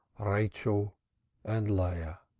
rachel and leah.